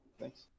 Thanks